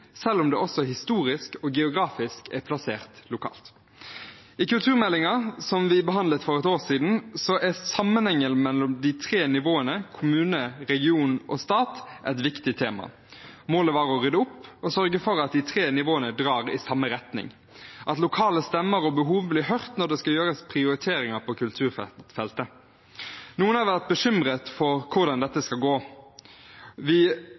selv om den historisk og geografisk er plassert lokalt. I kulturmeldingen vi behandlet for et år siden, er sammenhengen mellom de tre nivåene – kommune, region og stat – et viktig tema. Målet var å rydde opp og sørge for at de tre nivåene drar i samme retning, at lokale stemmer og behov blir hørt når det skal gjøres prioriteringer på kulturfeltet. Noen har vært bekymret for hvordan det skulle gå om vi